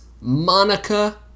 Monica